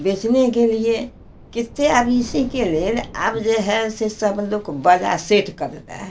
बेचने के लिए केते आदमी इसी के लेल अब जो है सो सब लोग को बजा सेट करता है